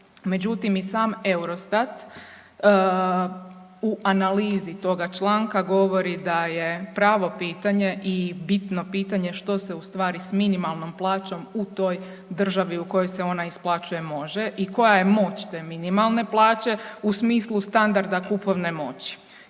Međutim, i sam Eurostat u analizi toga članka govori da je pravo pitanje i bitno pitanje, što se ustvari s minimalnom plaćom u toj državi u kojoj se ona isplaćuje može i koja je moć te minimalne plaće u smislu standarda kupovne moći